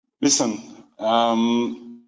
listen